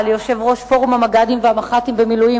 ליושב-ראש פורום המג"דים והמח"טים במילואים,